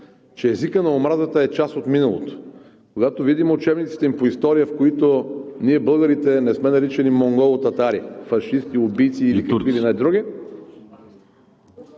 че езикът на омразата е част от миналото, когато видим учебниците им по история, в които ние българите не сме наричани монголо-татари, фашисти, убийци и какви ли не други,